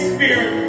Spirit